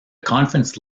conference